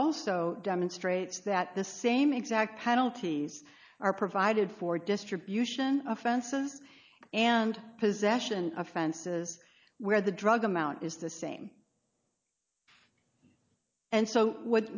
also demonstrates that the same exact penalties are provided for distribution offenses and possession offenses where the drug amount is the same and so what